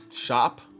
shop